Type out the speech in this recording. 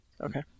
Okay